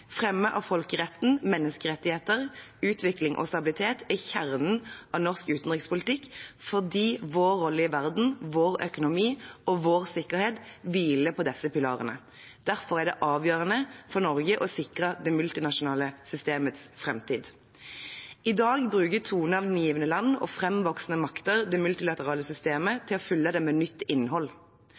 Fremme av folkeretten, menneskerettighetene, utvikling og stabilitet er kjernen i norsk utenrikspolitikk fordi vår rolle i verden, vår økonomi og vår sikkerhet hviler på disse pilarene. Derfor er det avgjørende for Norge å sikre det multinasjonale systemets framtid. I dag bruker toneangivende land og framvoksende makter det multilaterale systemet til å fylle det med nytt innhold,